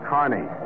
Carney